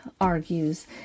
argues